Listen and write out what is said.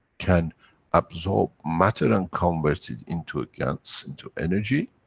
can absorb matter and converts it into a gans, into energy.